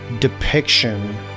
depiction